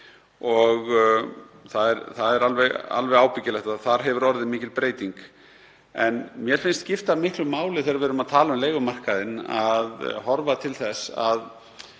Það er alveg ábyggilegt að þar hefur orðið mikil breyting. En mér finnst skipta miklu máli þegar við erum að tala um leigumarkaðinn, að horfa til þess að